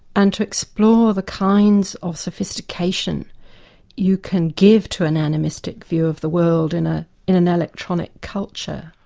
and to explore the kinds of sophistication you can give to an animistic view of the world in ah in an electronic culture.